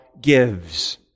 gives